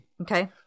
Okay